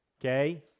Okay